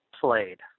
played